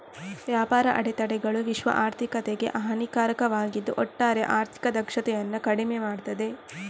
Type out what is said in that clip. ವ್ಯಾಪಾರ ಅಡೆತಡೆಗಳು ವಿಶ್ವ ಆರ್ಥಿಕತೆಗೆ ಹಾನಿಕಾರಕವಾಗಿದ್ದು ಒಟ್ಟಾರೆ ಆರ್ಥಿಕ ದಕ್ಷತೆಯನ್ನ ಕಡಿಮೆ ಮಾಡ್ತದೆ